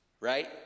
right